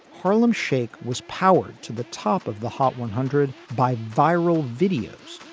harlem shake was powered to the top of the hot one hundred by viral videos.